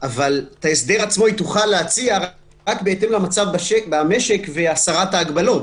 אבל את ההסדר היא תוכל להציע רק בהתאם למצב במשק ולהסרת ההגבלות.